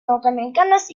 norteamericanas